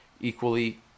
equally